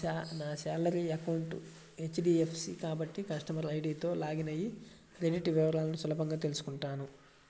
నా salary account HDFC కాబట్టి customer ఐడీతో లాగిన్ అయ్యి క్రెడిట్ వివరాలను సులభంగా తెల్సుకుంటాను